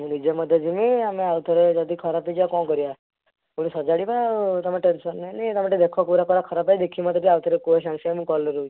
ମୁଁ ନିଜେ ମଧ୍ୟ ଯିମି ଆମେ ଆଉଥରେ ଯଦି ଖରାପ ହେଇଯିବ ଆଉ କଣ କରିବା ପୁଣି ସଜାଡ଼ିବା ତମେ ଟେନ୍ସନ ନିଅନି ତମେ ଟିକିଏ ଦେଖ କେଉଁଟା କଣ ଖରାପ ହେଇଛି ଦେଖି ମୋତେ ଟିକିଏ ଆଉଥରେ କୁହ ସାଙ୍ଗେସାଙ୍ଗେ ମୁଁ କଲ୍ ରେ ରହୁଛି